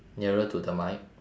nearer to the mic